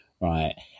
Right